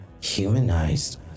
...humanized